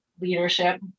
leadership